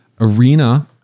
arena